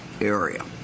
area